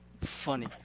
funny